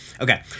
Okay